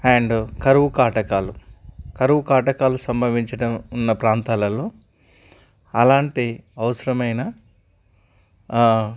and కరువు కాటకాలు కరువు కాటకాలు సంభవించడం ఉన్న ప్రాంతాలలో అలాంటి అవసరమైన